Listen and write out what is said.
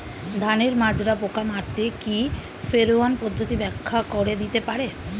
ধানের মাজরা পোকা মারতে কি ফেরোয়ান পদ্ধতি ব্যাখ্যা করে দিতে পারে?